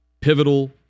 pivotal